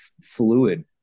fluid